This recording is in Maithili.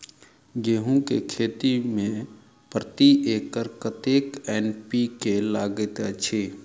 गेंहूँ केँ खेती मे प्रति एकड़ कतेक एन.पी.के लागैत अछि?